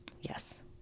Yes